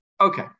Okay